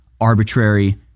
arbitrary